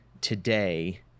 today